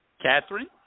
Catherine